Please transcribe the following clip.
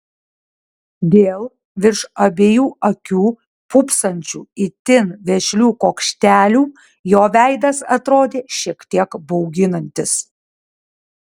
dėl virš abiejų akių pūpsančių itin vešlių kuokštelių jo veidas atrodė šiek tiek bauginantis